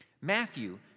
Matthew